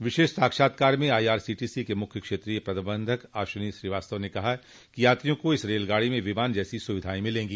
एक विशेष साक्षात्कार में आईआरसीटीसो के मुख्य क्षेत्रीय प्रबंधक अश्विनी श्रीवास्तव ने कहा कि यात्रियों को इस रेलगाड़ी में विमान जैसी सुविधाएं दी जायेगी